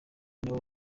nawe